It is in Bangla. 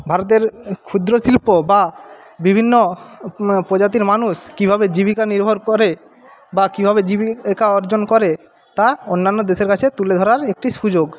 ভারতের ক্ষুদ্র শিল্প বা বিভিন্ন প্রজাতির মানুষ কীভাবে জীবিকা নির্ভর করে বা কীভাবে জীবিকা অর্জন করে তা অন্যান্য দেশের কাছে তুলে ধরার একটি সুযোগ